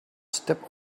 step